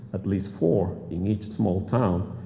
at least four in each small town,